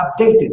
updated